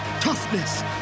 Toughness